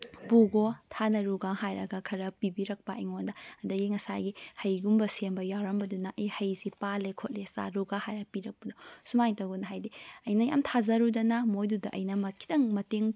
ꯄꯨꯈꯣ ꯊꯥꯅꯔꯨꯒ ꯍꯥꯏꯔꯒ ꯈꯔ ꯄꯤꯕꯤꯔꯛꯄ ꯑꯩꯉꯣꯟꯗ ꯑꯗꯒꯤ ꯉꯁꯥꯏꯒꯤ ꯍꯩꯒꯨꯝꯕ ꯁꯦꯝꯕ ꯌꯥꯎꯔꯝꯕꯗꯨꯅ ꯑꯩ ꯍꯩꯁꯤ ꯄꯥꯜꯂꯦ ꯈꯣꯠꯂꯦ ꯆꯥꯔꯨꯒ ꯍꯥꯏꯔ ꯄꯤꯔꯛꯄꯗꯣ ꯁꯨꯃꯥꯏꯅ ꯇꯧꯗꯅ ꯍꯥꯏꯗꯤ ꯑꯩꯅ ꯌꯥꯝ ꯊꯥꯖꯔꯨꯗꯅ ꯃꯣꯏꯗꯨꯗ ꯑꯩꯅ ꯈꯤꯇꯪ ꯃꯇꯦꯡ